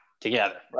together